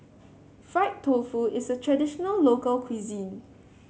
Fried Tofu is a traditional local cuisine